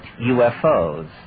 UFOs